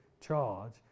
charge